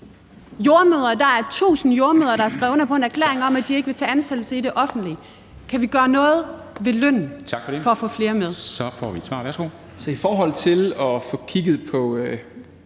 Der er 1.000 jordemødre, der har skrevet under på en erklæring om, at de ikke vil tage ansættelse i det offentlige. Kan vi gøre noget ved lønnen for at få flere med?